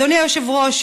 אדוני היושב-ראש,